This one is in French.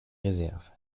réserves